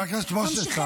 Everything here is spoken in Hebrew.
חבר הכנסת משה סעדה, די.